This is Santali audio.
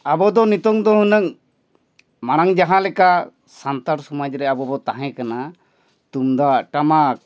ᱟᱵᱚ ᱫᱚ ᱱᱤᱛᱚᱜ ᱫᱚ ᱦᱩᱱᱟᱹᱝ ᱢᱟᱲᱟᱝ ᱡᱟᱦᱟᱸ ᱞᱮᱠᱟ ᱥᱟᱱᱛᱟᱲ ᱥᱚᱢᱟᱡᱽ ᱨᱮ ᱟᱵᱚ ᱵᱚ ᱛᱟᱦᱮᱸ ᱠᱟᱱᱟ ᱛᱩᱢᱫᱟᱜ ᱴᱟᱢᱟᱠ